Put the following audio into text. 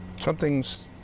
Something's